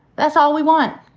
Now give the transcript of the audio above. that's all we want.